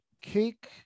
cake